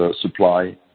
supply